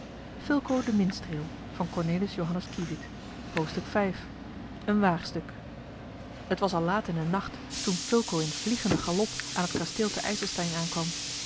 een waagstuk t was al laat in den nacht toen fulco in vliegenden galop aan het kasteel te ijselstein aankwam